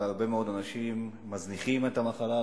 והרבה מאוד אנשים מזניחים את המחלה,